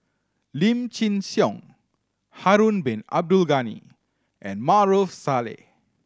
Lim Chin Siong Harun Bin Abdul Ghani and Maarof Salleh